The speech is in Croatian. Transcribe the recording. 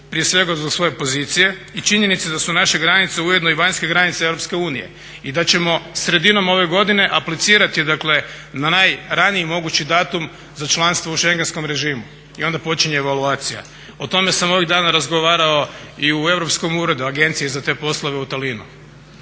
prije svega zbog svoje pozicije i činjenice da su naše granice ujedno i vanjske granice Europske unije i da ćemo sredinom ove godine aplicirati dakle na najraniji mogući datum za članstvo u šengenskom režimu i onda počinje evaluacija. O tome sam ovih dana razgovarao i u Europskom uredu agencije za te poslove u Talinu.